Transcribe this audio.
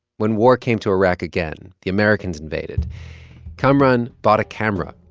when war came to iraq again the americans invaded kamaran bought a camera,